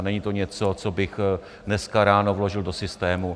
Není to něco, co bych dneska ráno vložil do systému.